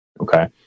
Okay